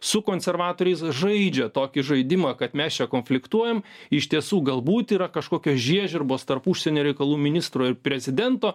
su konservatoriais žaidžia tokį žaidimą kad mes čia konfliktuojam iš tiesų galbūt yra kažkokios žiežirbos tarp užsienio reikalų ministro ir prezidento